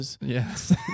Yes